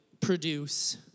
produce